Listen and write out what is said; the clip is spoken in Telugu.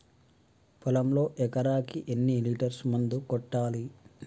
పొలంలో ఎకరాకి ఎన్ని లీటర్స్ మందు కొట్టాలి?